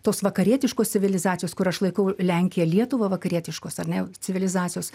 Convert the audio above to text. tos vakarietiškos civilizacijos kur aš laikau lenkiją lietuvą vakarietiškos ar ne jau civilizacijos